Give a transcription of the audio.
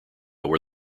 where